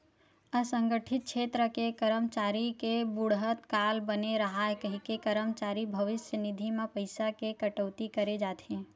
असंगठित छेत्र के करमचारी के बुड़हत काल बने राहय कहिके करमचारी भविस्य निधि म पइसा के कटउती करे जाथे